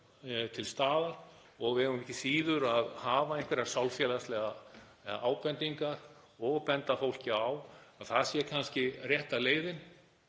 til staðar. Við eigum ekki síður að hafa einhverjar sálfélagslegar ábendingar og benda fólki á að það sé kannski rétta leiðin